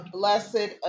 blessed